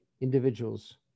individuals